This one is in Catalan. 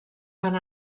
van